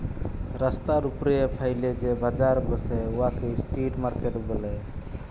রাস্তার উপ্রে ফ্যাইলে যে বাজার ব্যসে উয়াকে ইস্ট্রিট মার্কেট ব্যলে